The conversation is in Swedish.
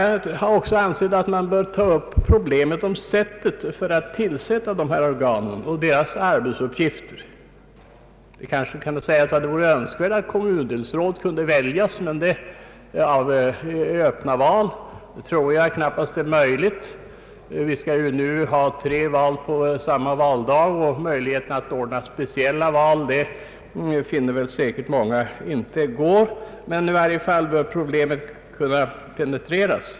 Jag anser också att man bör ta upp problemet om sättet att tillsätta dessa organ och frågan om deras arbetsuppgifter. Det vore önskvärt att kommundelsråd kunde väljas i öppna val, vilket jag dock knappast tror är möjligt. Vi kommer ju att få tre val på samma valdag, och att ordna speciella val för »råden» finner säkert många vara omöjligt. Problemet bör dock kunna penetreras.